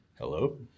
Hello